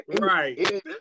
Right